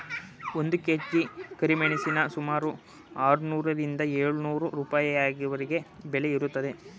ಒಂದು ಕೆ.ಜಿ ಕರಿಮೆಣಸಿನ ಸುಮಾರು ಆರುನೂರರಿಂದ ಏಳು ನೂರು ರೂಪಾಯಿವರೆಗೆ ಬೆಲೆ ಇರುತ್ತದೆ